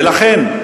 ולכן,